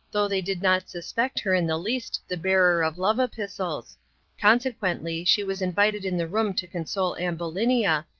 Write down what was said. though they did not suspect her in the least the bearer of love epistles consequently, she was invited in the room to console ambulinia,